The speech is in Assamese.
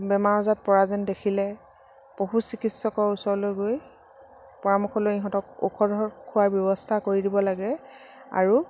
বেমাৰ আজাৰত পৰা যেন দেখিলে পশু চিকিৎসকৰ ওচৰলৈ গৈ পৰামৰ্শ লৈ ইহঁতক ঔষধ খোৱাৰ ব্যৱস্থা কৰি দিব লাগে আৰু